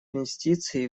инвестиций